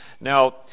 Now